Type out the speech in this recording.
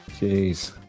jeez